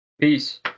peace